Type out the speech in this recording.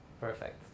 Perfect